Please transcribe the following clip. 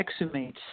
exhumates